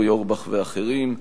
אורי אורבך ואחרים,